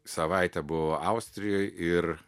savaitę buvau austrijoj ir